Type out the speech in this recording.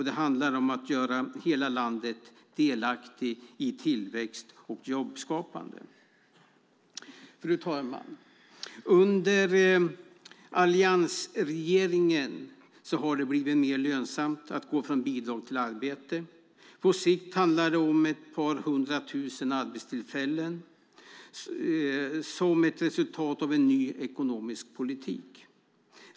Det handlar också om att göra hela landet delaktigt i tillväxt och jobbskapande. Fru talman! Under alliansregeringen har det blivit mer lönsamt att gå från bidrag till arbete. På sikt handlar det om ett par hundra tusen arbetstillfällen som ett resultat av en ny ekonomisk politik.